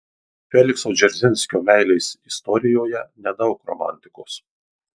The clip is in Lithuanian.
felikso dzeržinskio meilės istorijoje nedaug romantikos